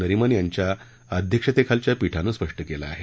नरिमन यांच्या अध्यक्षतेखालच्या पीठानं स्पष्ट केलं आहे